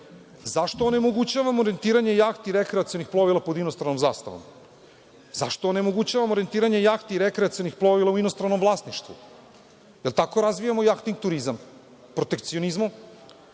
onemogućavamo rentiranje jahti rekreacionih plovila pod inostranom zastavom? Zašto onemogućavamo rentiranje jahti rekreacionih plovila u inostranom vlasništvu? Jel tako razvijamo jahting turizam? Protekcionizmu?